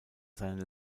seine